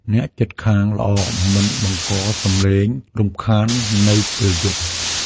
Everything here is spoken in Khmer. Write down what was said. អ្នកជិតខាងល្អមិនបង្កសម្លេងរំខាននៅពេលយប់។